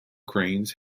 cranes